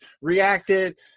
reacted